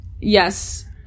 Yes